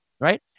Right